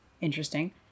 Interesting